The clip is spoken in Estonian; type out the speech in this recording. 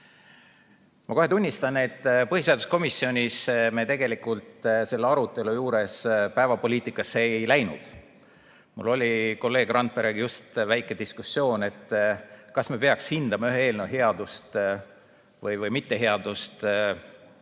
kohe tunnistan, et põhiseaduskomisjonis me tegelikult selle arutelu juures päevapoliitikasse ei läinud. Mul oli kolleeg Randperega just väike diskussioon, kas me peaks hindama ühe eelnõu headust või mitteheadust,